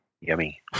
Yummy